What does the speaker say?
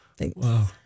Wow